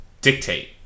dictate